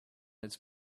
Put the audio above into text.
its